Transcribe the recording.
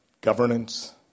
governance